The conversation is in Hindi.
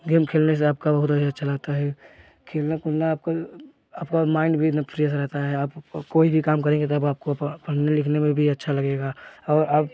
खेलने से आपका बहुत बढ़िया चलाता है खेलना कूदना आपका आपका माइंड भी एक दम फ्रेश रहता है आप कोई भी काम करेंगे तो आपको पढ़ने लिखने में भी अच्छा लगेगा और आप